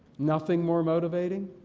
nothing more motivating?